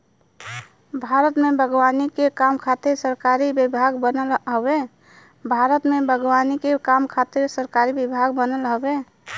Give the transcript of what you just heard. भारत में बागवानी के काम खातिर सरकारी विभाग बनल हउवे